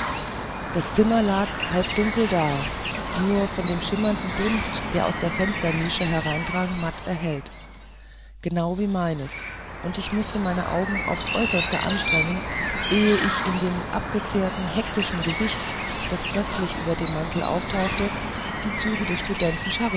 das zimmer lag halbdunkel da nur von dem schimmrigen dunst der aus der fensternische hereindrang matt erhellt genau wie meines und ich mußte meine augen aufs äußerste anstrengen ehe ich in dem abgezehrten hektischen gesicht das plötzlich über dem mantel auftauchte die züge des